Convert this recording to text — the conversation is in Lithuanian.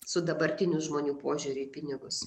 su dabartiniu žmonių požiūriu į pinigus